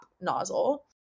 nozzle